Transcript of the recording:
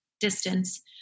distance